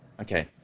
okay